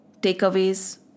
takeaways